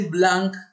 Blank